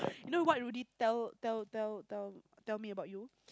no what you didn't tell tell tell tell tell me about you